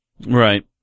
Right